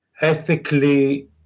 ethically